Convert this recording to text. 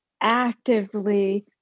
actively